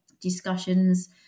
discussions